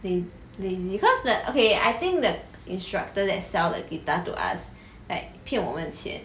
laz~ lazy cause the okay I think the instructor that sell the guitar to us like 骗我们的钱